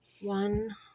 one